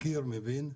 מכיר, מבין,